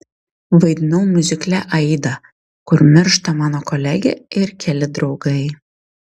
vaidinau miuzikle aida kur miršta mano kolegė ir keli draugai